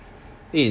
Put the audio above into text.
eh that's not bad leh